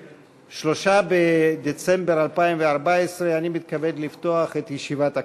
3 בדצמבר 2014. אני מתכבד לפתוח את ישיבת הכנסת.